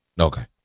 Okay